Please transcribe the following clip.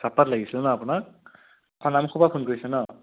চাহপাত লাগিছিল ন আপোনাক খানামুখৰ পৰা ফোন কৰিছে ন